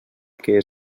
que